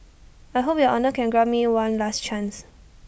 I hope your honour can grant me one last chance